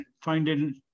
finding